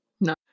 No